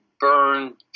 burn